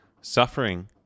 suffering